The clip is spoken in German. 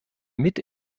mit